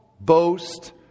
boast